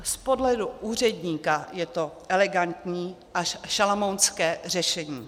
Z pohledu úředníka je to elegantní až šalamounské řešení.